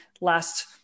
last